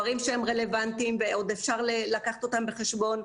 ועלו פה דברים רלוונטיים ועוד אפשר לקחת אותם בחשבון.